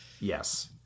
Yes